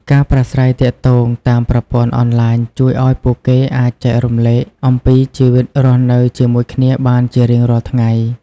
ការប្រាស្រ័យទាក់់ទងតាមប្រព័ន្ធអនឡាញជួយឱ្យពួកគេអាចចែករំលែកអំពីជីវិតរស់នៅជាមួយគ្នាបានជារៀងរាល់ថ្ងៃ។